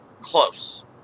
close